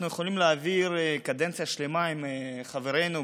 אנחנו יכולים להעביר קדנציה שלמה עם חברינו,